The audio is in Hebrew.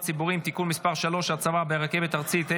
ציבוריים (תיקון מס' 3) (הצבה ברכבת ארצית),